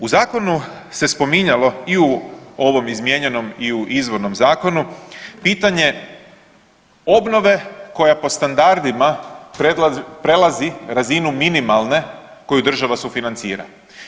U zakonu se spominjalo i u ovom izmijenjenom i u izvornom zakonu pitanje obnove koja po standardima prelazi razinu minimalne koju država sufinancira.